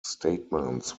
statements